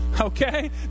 Okay